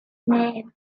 neb